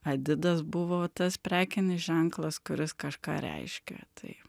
adidas buvo tas prekinis ženklas kuris kažką reiškė taip